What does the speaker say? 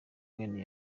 mwene